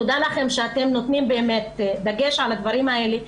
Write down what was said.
תודה לכם שאתם שמים דגש על הדברים האלה.